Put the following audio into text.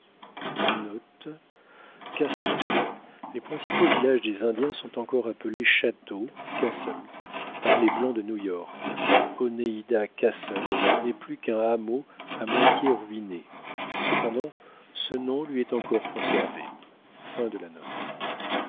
les principaux villages des indiens sont encore appelés châteaux castles par les blancs de new-york oneida castle n'est plus qu'un hameau a moitié ruiné cependant ce nom lui est encore conservé